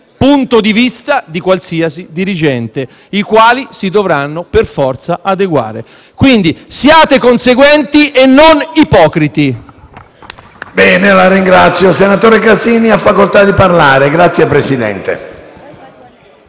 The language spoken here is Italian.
punto di vista di qualsiasi dirigente, il quale si dovrà per forza adeguare. Siate quindi conseguenti e non ipocriti.